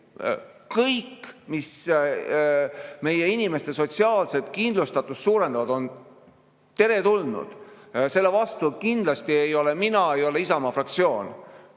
kõik, mis meie inimeste sotsiaalset kindlustatust suurendab, on teretulnud. Selle vastu kindlasti ei ole mina ega ole Isamaa fraktsioon